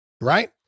right